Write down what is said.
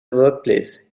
workplace